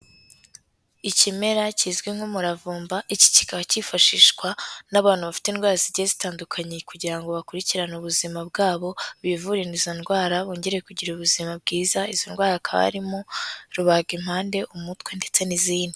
Ikimera kizwi nk'umuravumba, iki kikaba cyifashishwa n'abantu bafite indwara zigiye zitandukanye kugira ngo bakurikirane ubuzima bwabo, bivura izo ndwara, bongere kugira ubuzima bwiza, izo ndwara hakaba harimo: rubagimpande, umutwe ndetse n'izindi.